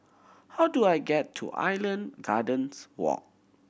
how do I get to Island Gardens Walk